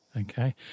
Okay